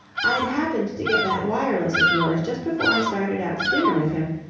i'd happened to get that wireless of yours just before i started out to dinner with him,